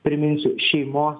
priminsiu šeimos